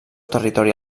territori